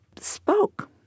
spoke